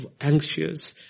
anxious